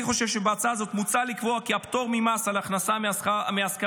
בהצעה הזאת מוצע לקבוע כי הפטור ממס על הכנסה מהשכרת